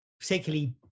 particularly